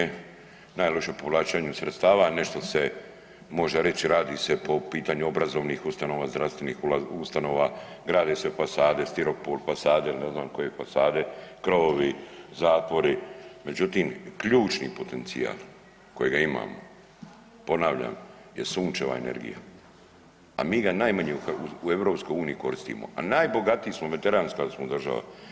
Pa Hrvatska u EU najlošija u povlačenju sredstava nešto se može reći radi se po pitanju obrazovnih ustanova, zdravstvenih ustanova, grade se fasade, stiropor fasade ili ne znam koje fasade, krovovi, zatvori, međutim ključni potencijal kojega imamo, ponavljam je sunčeva energija, a mi ga najmanje u EU koristimo, a najbogatiji smo mediteranska smo država.